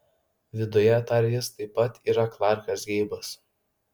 viduje tarė jis taip pat yra klarkas geibas